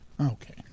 Okay